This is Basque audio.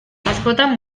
askotan